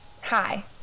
Hi